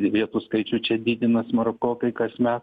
vietų skaičių čia didina smarkokai kasmet